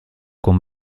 con